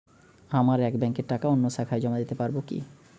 আমার এক ব্যাঙ্কের টাকা অন্য শাখায় জমা দিতে পারব কি?